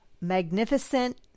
magnificent